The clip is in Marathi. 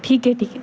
ठीक आहे ठीक आहे